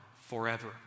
forever